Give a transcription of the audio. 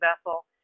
vessel